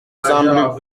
semblent